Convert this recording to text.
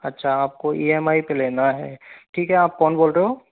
अच्छा आपको E M I पे लेना है ठीक है आप कौन बोल रहे हो